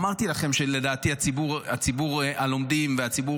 אמרתי לכם שלדעתי ציבור הלומדים והציבור